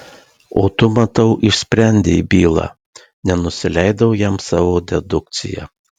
o tu matau išsprendei bylą nenusileidau jam savo dedukcija